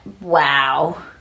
Wow